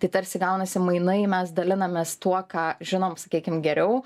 tai tarsi gaunasi mainai mes dalinamės tuo ką žinom sakykim geriau